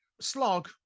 slog